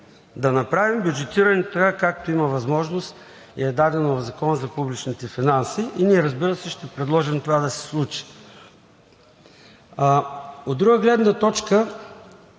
Да направим бюджетирането така, както има възможност и е дадено в Закона за публичните финанси. Ние, разбира се, ще предложим това да се случи. От друга гледна точка,